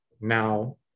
Now